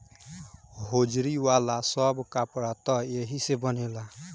hosiery वाला सब कपड़ा त एही के बनेला